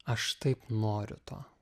aš taip noriu to